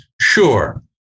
sure